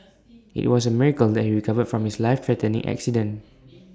IT was A miracle that he recovered from his life threatening accident